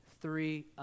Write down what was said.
three